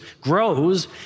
grows